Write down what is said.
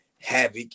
havoc